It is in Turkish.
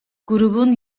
grubun